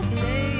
say